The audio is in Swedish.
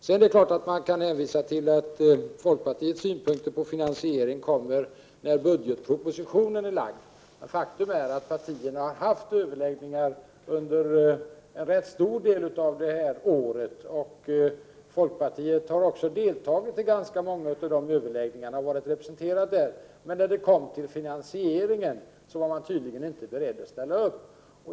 Sedan är det klart att man kan hänvisa till att folkpartiets synpunkter på finansiering kommer när budgetpropositionen är lagd. Faktum är att partierna har haft överläggningar under rätt stor del av detta år, och folkpartiet har också varit representerat vid rätt många av dessa överlägg ningar. Men när det kom till finansieringen var man tydligen inte beredd att ställa upp.